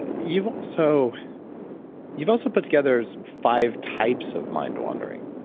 you've also you've also put together some five types of mind-wandering,